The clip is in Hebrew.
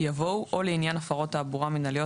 יבוא "או לעניין הפרות תעבורה מינהליות